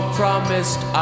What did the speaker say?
promised